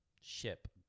ship